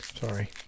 Sorry